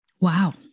Wow